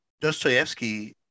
Dostoevsky